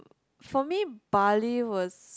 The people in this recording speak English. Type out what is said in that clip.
for me Bali was